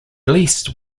least